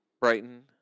Brighton